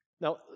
Now